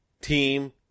team